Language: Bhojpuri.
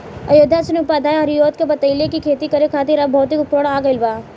अयोध्या सिंह उपाध्याय हरिऔध के बतइले कि खेती करे खातिर अब भौतिक उपकरण आ गइल बा